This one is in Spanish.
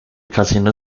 casino